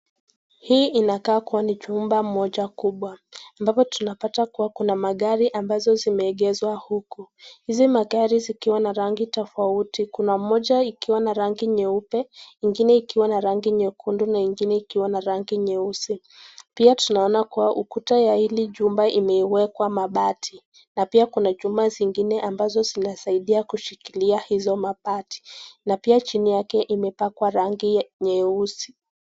Hii inakaa kuwa ni jumba mmoja kubwa, ambapo tunapata kuwa kuna magari ambazo zimeegezwa huku. Hizi magari zikiwa na rangi tofauti kuna moja ikiwa na rangi nyeupe, ingine ikiwa na rangi nyekundu na ingine ikiwa na rangi nyeusi. Pia tunaona kuwa ukuta ya hili jumba imeekwa mabati. Na pia kuna jumba zingine ambazo zinasaidia kushikilia hizo mabati. Na pia chini yake imepakwa rangi nyeusi.